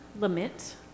lament